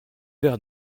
verres